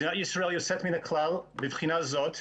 מדינת ישראל יוצאת מן הכלל מבחינה זו,